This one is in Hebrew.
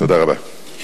תודה רבה.